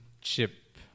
chip